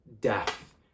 death